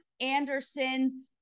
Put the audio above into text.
Anderson